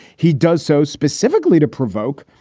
he does so specifically to provoke.